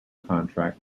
contract